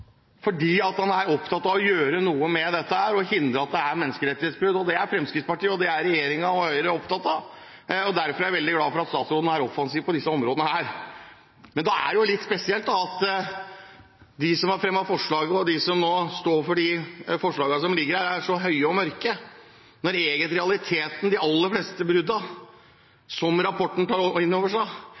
fordi han er opptatt av å gjøre noe med dette og å hindre menneskerettighetsbrudd. Det er Fremskrittspartiet og Høyre – regjeringen – opptatt av. Derfor er jeg veldig glad for at statsråden er offensiv på disse områdene. Det er litt spesielt at de som har fremmet representantforslaget, og de som står bak de forslagene som ligger her, er så høye og mørke, når realiteten egentlig er at de aller fleste bruddene som rapporten tar